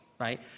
right